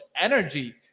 Energy